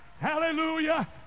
Hallelujah